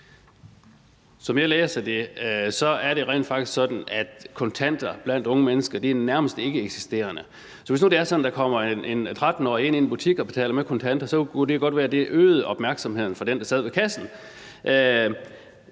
Som jeg læser det, er det rent faktisk sådan, at kontanter blandt unge mennesker nærmest er ikkeeksisterende. Så hvis nu det er sådan, at der kommer en 13-årig ind i en butik og betaler med kontanter, så kunne det jo godt være, at det øgede opmærksomheden hos den, der sad ved kassen.